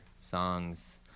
songs